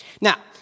Now